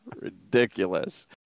Ridiculous